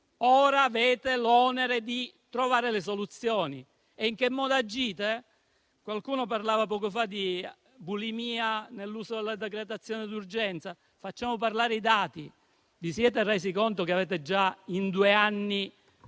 Ora avete l'onere di trovare le soluzioni. In che modo agite? Qualcuno parlava poco fa di bulimia nell'uso della decretazione d'urgenza. Facciamo parlare i dati; vi siete resi conto che in due anni